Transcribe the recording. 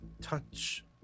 touch